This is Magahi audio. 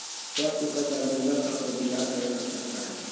स्वस्थ उपज ला मृदा स्वास्थ्य पर विचार करे के आवश्यकता हई